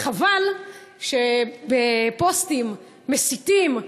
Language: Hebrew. חבל שבפוסטים מסיתים,